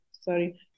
sorry